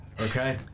okay